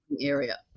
area